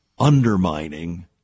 undermining